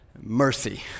mercy